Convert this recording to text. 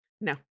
No